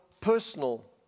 personal